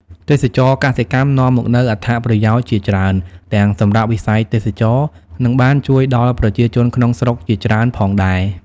ទេសចរណ៍កសិកម្មនាំមកនូវអត្ថប្រយោជន៍ជាច្រើន ទាំងសម្រាប់វិស័យទេសចរណ៍ និងបានជួយដល់ប្រជាជនក្នុងស្រុកជាច្រើនផងដែរ ។